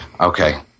okay